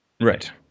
Right